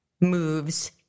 moves